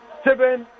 seven